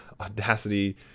Audacity